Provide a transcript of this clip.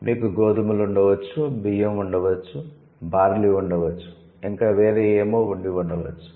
మీకు గోధుమలు ఉండవచ్చు బియ్యం ఉండవచ్చు బార్లీ ఉండవచ్చు ఇంకా వేరే ఏమో ఉండి ఉండవచ్చు